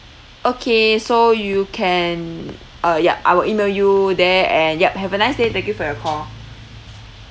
okay so you can uh yup I will email you there and yup have a nice day thank you for your call